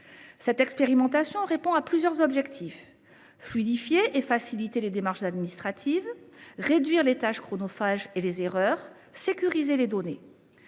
Cette expérimentation vise plusieurs objectifs : fluidifier et faciliter les démarches administratives, réduire les tâches chronophages et les erreurs, sécuriser les données.